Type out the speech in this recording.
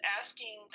asking